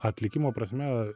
atlikimo prasme